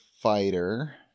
Fighter